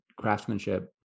craftsmanship